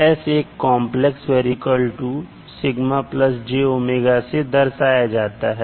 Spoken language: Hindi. s एक कांप्लेक्स वेरिएबल है जो से दर्शाया जाता है